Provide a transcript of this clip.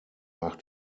nach